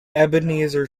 ebenezer